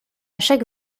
chaque